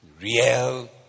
Real